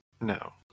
No